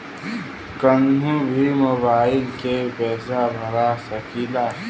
कन्हू भी मोबाइल के पैसा भरा सकीला?